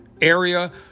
area